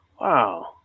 wow